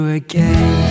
again